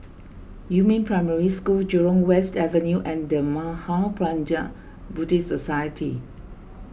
Yumin Primary School Jurong West Avenue and the Mahaprajna Buddhist Society